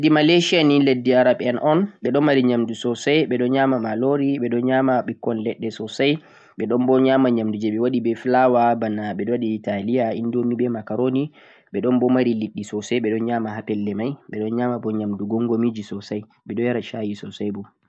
leddi Malaysia ni leddi Arab en un, ɓe ɗon mari nyamdu sosai ɓe ɗon nyama malori, ɓe ɗon mari ɓikkon leɗɗe sosai, ɓe ɗon bo nyama nyamdu he ɓe waɗi be flour bana ɓe ɗo waɗi taliya, be indom indomie, be macaroni ɓe ɗon bo mari liɗɗi sosai ɓe ɗon nyama ha pelle mai, ɓe ɗon nyama bo nyamdu gomgomiji sosai, ɓe ɗo yara shayi sosai bo